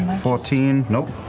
fourteen, nope.